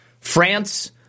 France